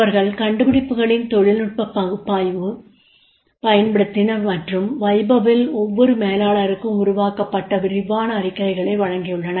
அவர்கள் கண்டுபிடிப்புகளின் தொழில்நுட்ப பகுப்பாய் வைப் பயன்படுத்தினர் மற்றும் வைபவ் வில் ஒவ்வொரு மேலாளருக்கும் உருவாக்கப்பட்ட விரிவான அறிக்கைகளை வழங்கியுள்ளனர்